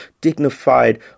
dignified